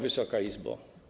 Wysoka Izbo!